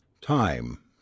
Time